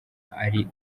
ari